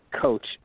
coach